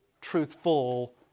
truthful